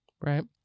right